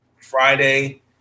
Friday